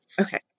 Okay